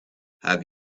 have